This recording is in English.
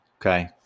Okay